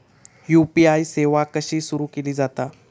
UPI सेवा कशी सुरू केली जाता?